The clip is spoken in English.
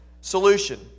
solution